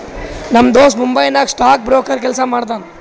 ನಮ್ ದೋಸ್ತ ಮುಂಬೈ ನಾಗ್ ಸ್ಟಾಕ್ ಬ್ರೋಕರ್ ಕೆಲ್ಸಾ ಮಾಡ್ತಾನ